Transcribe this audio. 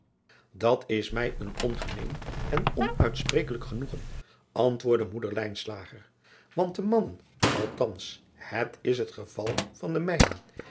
at is mij een ongemeen en onuitsprekelijk genoegen antwoordde moeder want de mannen althans het is het geval van den mijnen